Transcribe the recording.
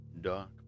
dark